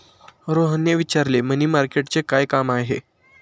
रोहनने विचारले, मनी मार्केटचे काय काम आहे?